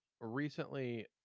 Recently